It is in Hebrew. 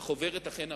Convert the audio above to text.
החוברת אכן עבה.